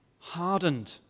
hardened